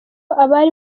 abari